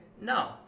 No